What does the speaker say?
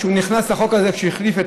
כשהוא נכנס לחוק הזה כשהוא החליף את